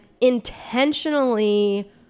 intentionally